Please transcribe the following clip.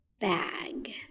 bag